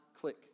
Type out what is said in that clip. click